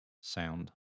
sound